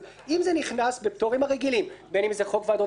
אם זה נכנס בפטורים הרגילים בין אם זה חוק ועדות קבלה,